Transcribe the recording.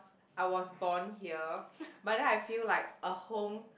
I was born here but then I feel like a home